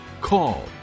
call